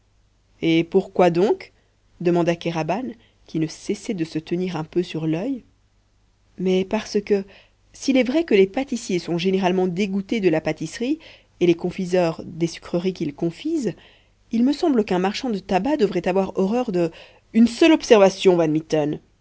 et pourquoi donc demanda kéraban qui ne cessait de se tenir un peu sur l'oeil mais parce que s'il est vrai que les pâtissiers sont généralement dégoûtés de la pâtisserie et les confiseurs des sucreries qu'ils confisent il me semble qu'un marchand de tabac devrait avoir horreur de une seule observation